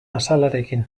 azalarekin